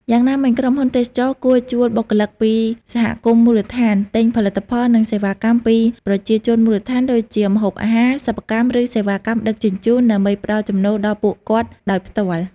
យ៉ាងណាមិញ ក្រុមហ៊ុនទេសចរណ៍គួរជួលបុគ្គលិកពីសហគមន៍មូលដ្ឋាន ទិញផលិតផលនិងសេវាកម្មពីប្រជាជនមូលដ្ឋានដូចជាម្ហូបអាហារ សិប្បកម្ម ឬសេវាកម្មដឹកជញ្ជូន ដើម្បីផ្ដល់ចំណូលដល់ពួកគាត់ដោយផ្ទាល់។